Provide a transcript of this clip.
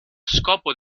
scopo